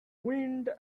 wind